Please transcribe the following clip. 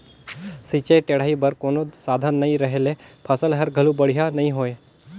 सिंचई टेड़ई बर कोनो साधन नई रहें ले फसल हर घलो बड़िहा नई होय